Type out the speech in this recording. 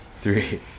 three